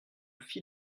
fit